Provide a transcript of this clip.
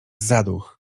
zaduch